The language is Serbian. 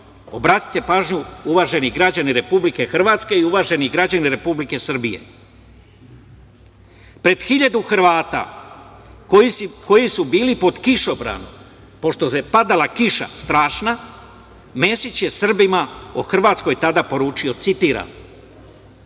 Obratite pažnju uvaženi građani Republike Hrvatske i uvaženi građani Republike Srbije. Pred 1.000 Hrvata, koji su bili pod kišobranom, pošto je padala kiša strašna, Mesić je Srbima o Hrvatskoj tada poručio, citiram